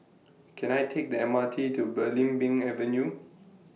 Can I Take The M R T to Belimbing Avenue